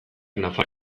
nafarrak